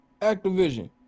Activision